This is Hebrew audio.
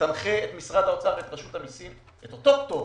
תנחה את משרד האוצר ואת רשות המיסים לתת את אותו פטור,